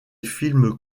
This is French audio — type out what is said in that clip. films